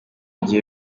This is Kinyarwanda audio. gihe